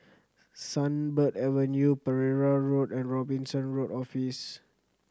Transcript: Sunbird Avenue Pereira Road and Robinson Road Office